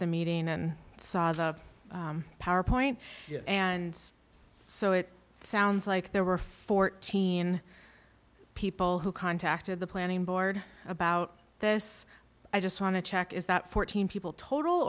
the meeting and saw the powerpoint and so it sounds like there were fourteen people who contacted the planning board about this i just want to check is that fourteen people total